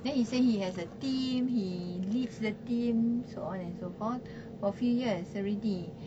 then he say he has a team he leads the team so on and so forth for a few years already